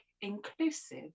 inclusive